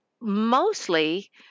mostly